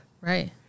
Right